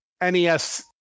NES